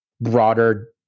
broader